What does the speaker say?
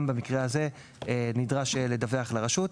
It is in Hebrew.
גם במקרה הזה נדרש לדווח לרשות.